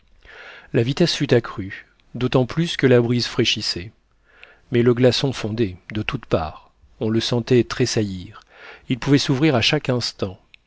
la vitesse fut accrue d'autant plus que la brise fraîchissait mais le glaçon fondait de toutes parts on le sentait tressaillir il pouvait s'ouvrir à chaque instant